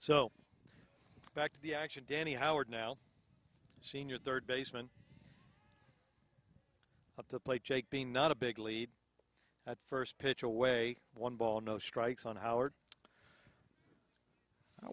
so back to the action danny howard now seen your third baseman up to the plate jake being not a big lead at first pitch a way one ball no strikes on howard i